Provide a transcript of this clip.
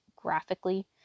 graphically